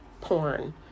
porn